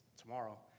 tomorrow